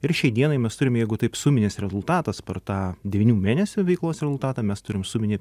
ir šiai dienai mes turim jeigu taip suminis rezultatas per tą devynių mėnesių veiklos rezultatą mes turim suminį